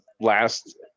last